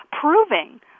proving